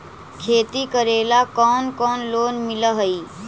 खेती करेला कौन कौन लोन मिल हइ?